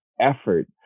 effort